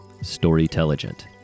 Storytelligent